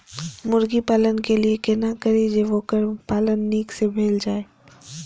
मुर्गी पालन के लिए केना करी जे वोकर पालन नीक से भेल जाय?